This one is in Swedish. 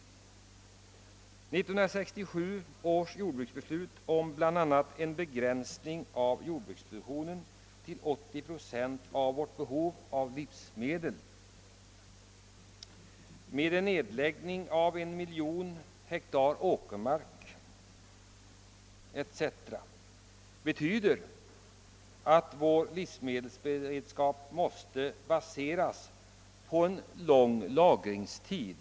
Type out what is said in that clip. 1967 års beslut om en begränsning av jordbruksproduktionen till 80 procent av vårt behov av livsmedel med en nedläggning av en miljon hektar åkermark som följd betyder att vår livsmedelsberedskap måste baseras på en lång lagringstid.